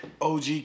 OG